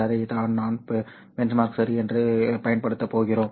அதைத்தான் நாம் பெஞ்ச்மார்க் சரி என்று பயன்படுத்தப் போகிறோம்